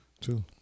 Two